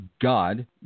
God